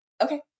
Okay